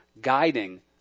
guiding